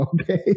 Okay